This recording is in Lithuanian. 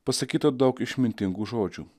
pasakyta daug išmintingų žodžių